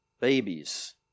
babies